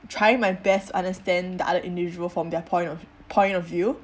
trying my best understand the other individual from their point of point of view